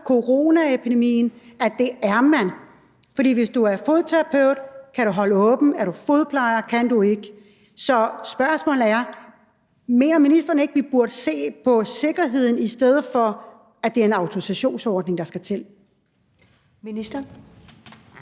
coronaepidemien at man er. For hvis du er fodterapeut, kan du holde åbent, men er du fodplejer, kan du ikke. Så spørgsmålet er: Mener ministeren ikke, vi burde se på sikkerheden, i stedet for at det er en autorisationsordning, der skal til? Kl.